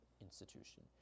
institution